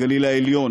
הגליל העליון,